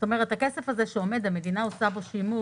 זאת אומרת הכסף הזה שעומד, המדינה עושה בו שימוש?